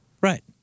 Right